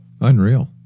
Unreal